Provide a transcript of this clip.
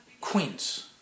Queens